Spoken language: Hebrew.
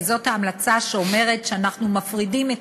וזאת ההמלצה שאומרת שאנחנו מפרידים את